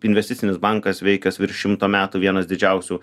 investicinis bankas veikęs virš šimto metų vienas didžiausių